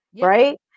right